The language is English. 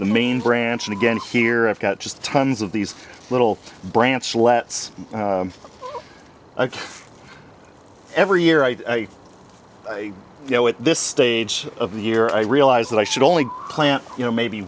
the main branch and again here i've got just tons of these little branch lets every year i know at this stage of the year i realize that i should only plant you know maybe